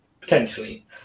Potentially